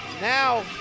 now